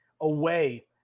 away